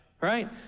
right